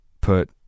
put